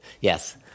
yes